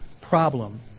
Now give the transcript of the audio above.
problem